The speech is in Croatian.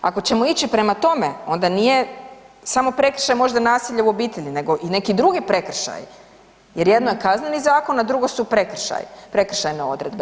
Ako ćemo ići prema tome, onda nije samo prekršaj možda nasilje u obitelji, nego i neki drugi prekršaj jer jedno je Kazneni zakon, a drugo su prekršaji, prekršajne odredbe.